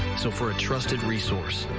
so for a trusted resource,